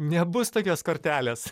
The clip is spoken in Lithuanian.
nebus tokios kartelės